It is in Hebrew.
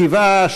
שבעה,